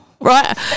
right